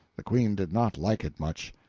the queen did not like it much.